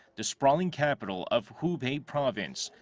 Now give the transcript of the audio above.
the sprawling capital of hubei province,